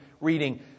reading